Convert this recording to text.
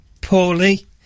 poorly